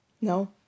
No